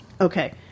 Okay